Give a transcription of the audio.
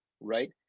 right